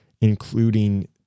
including